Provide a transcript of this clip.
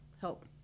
help